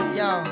yo